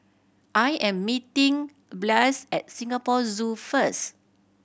I am meeting Blaise at Singapore Zoo first